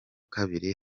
kabiri